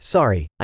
Sorry